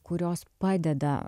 kurios padeda